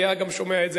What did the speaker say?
היה גם שומע את זה.